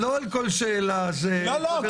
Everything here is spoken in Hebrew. סדר הדברים הוא כדלקמן: אנחנו נבקש, כהרגלנו,